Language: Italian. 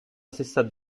stessa